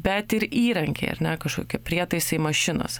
bet ir įrankiai ar ne kažkokie prietaisai mašinos